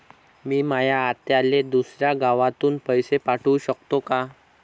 मी माया आत्याले दुसऱ्या गावातून पैसे पाठू शकतो का?